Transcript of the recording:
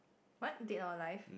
what dead or alive